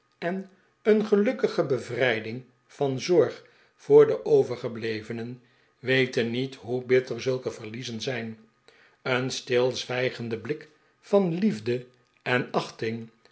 en een gelukkige bevrijding van zorg voor de overgeblevenen weten niet hoe bitter zulke verliezen zijn een stilzwijgende blik van liefde en achting